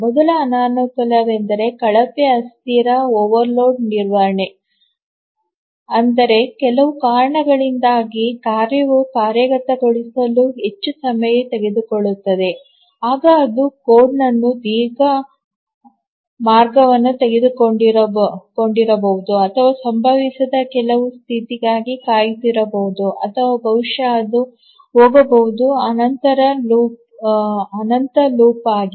ಮೊದಲ ಅನಾನುಕೂಲವೆಂದರೆ ಕಳಪೆ ಅಸ್ಥಿರ ಓವರ್ಲೋಡ್ ನಿರ್ವಹಣೆ ಅಂದರೆ ಕೆಲವು ಕಾರಣಗಳಿಂದಾಗಿ ಕಾರ್ಯವು ಕಾರ್ಯಗತಗೊಳಿಸಲು ಹೆಚ್ಚು ಸಮಯ ತೆಗೆದುಕೊಳ್ಳುತ್ತದೆ ಆಗ ಅದು ಕೋಡ್ನಲ್ಲಿ ದೀರ್ಘ ಮಾರ್ಗವನ್ನು ತೆಗೆದುಕೊಂಡಿರಬಹುದು ಅಥವಾ ಸಂಭವಿಸದ ಕೆಲವು ಸ್ಥಿತಿಗಾಗಿ ಕಾಯುತ್ತಿರಬಹುದು ಅಥವಾ ಬಹುಶಃ ಅದು ಹೋಗಬಹುದು ಅನಂತ ಲೂಪ್ ಆಗಿ